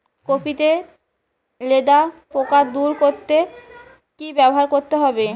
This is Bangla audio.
কপি তে লেদা পোকা দূর করতে কি ব্যবহার করতে হবে?